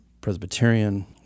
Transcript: Presbyterian